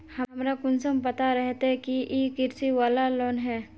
हमरा कुंसम पता रहते की इ कृषि वाला लोन है?